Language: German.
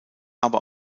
aber